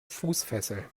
fußfessel